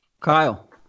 Kyle